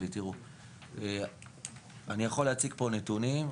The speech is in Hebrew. אני יכול להציג פה נתונים,